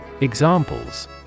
Examples